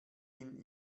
ihn